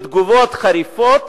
בתגובות חריפות,